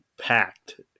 packed